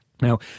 Now